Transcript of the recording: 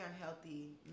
unhealthy